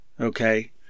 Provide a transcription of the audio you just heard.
okay